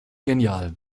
genial